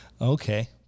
Okay